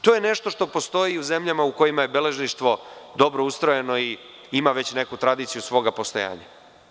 To je nešto što postoji u zemljama u kojima je beležništvo ustrojeno i ima već neku tradiciju svoga postojanja.